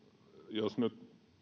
jos nyt